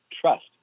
trust